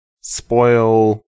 spoil